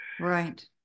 right